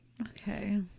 okay